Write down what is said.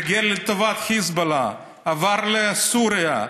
ריגל לטובת חיזבאללה, עבר לסוריה.